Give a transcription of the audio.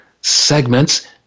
segments